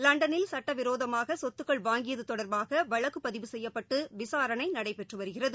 லண்டனில் சுட்டவிரோதமாக சொத்துக்கள் வாங்கியது தொடர்பாக வழக்கு பதிவு செய்யப்பட்டு விசாரணை நடைபெற்று வருகிறது